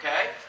Okay